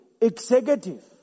executive